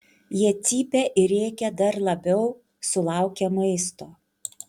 jie cypia ir rėkia dar labiau sulaukę maisto